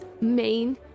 Main